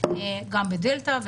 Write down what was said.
גם בדלתא,